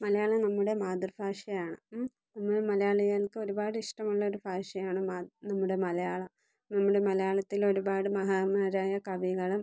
മലയാളം നമ്മുടെ മാതൃഭാഷയാണ് നമ്മൾ മലയാളികൾക്ക് ഒരുപാട് ഇഷ്ടമുള്ള ഒരു ഭാഷയാണ് മാത് നമ്മുടെ മലയാളം നമ്മുടെ മലയാളത്തിൽ ഒരുപാട് മഹാന്മാരായ കവികൾ